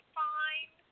fine